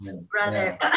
brother